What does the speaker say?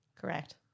Correct